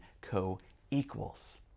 co-equals